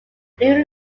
blue